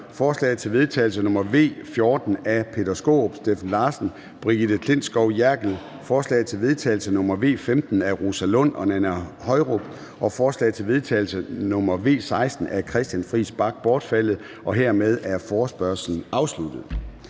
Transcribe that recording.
forslag til vedtagelse nr. V 14 af Peter Skaarup (DD), Steffen Larsen (LA) og Brigitte Klintskov Jerkel (KF), forslag til vedtagelse nr. V 15 af Rosa Lund (EL) og Nanna Høyrup (ALT) og forslag til vedtagelse nr. V 16 af Christian Friis Bach (RV) bortfaldet. Hermed er forespørgslen afsluttet.